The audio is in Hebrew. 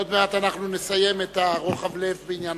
עוד מעט נסיים את רוחב הלב בעניין.